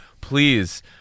please